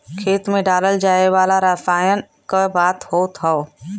खेत मे डालल जाए वाला रसायन क बात होत हौ